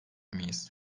miyiz